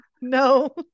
No